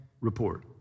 report